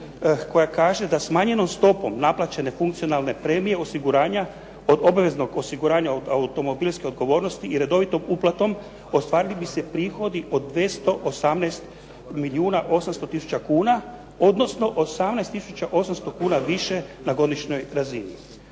koja kaže da smanjenom stopom naplaćene funkcionalne premije osiguranja, od obaveznog osiguranja od automobilske odgovornosti i redovitom uplatom ostvarili bi se prihodi od 518 milijuna 800 tisuća kuna odnosno 18 tisuća 800 kuna više na godišnjoj razini.